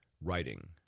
writing